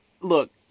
look